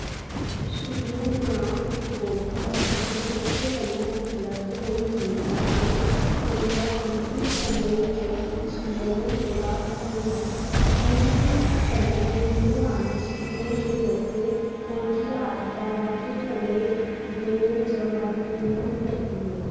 छुट्टियें दरान उपभोगी चीजां सौखें कन्नै उपलब्ध होई जंदियां न इस करियै अंतिम समें च किश लैने कोला तुसें गी मुश्कल कन्नै मिलने आह्ले छुट्टियें दे तोह्फे खोजी आस्तै मते समें देने च मदद मिली सकदी ऐ